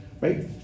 right